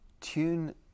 tune